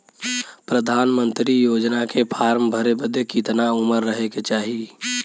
प्रधानमंत्री योजना के फॉर्म भरे बदे कितना उमर रहे के चाही?